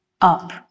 up